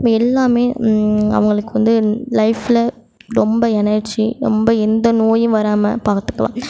எல்லாம் நம்மளுக்கு வந்து லைஃப்பில் ரொம்ப எனர்ஜி ரொம்ப எந்த நோயும் வராமல் பார்த்துக்கலாம்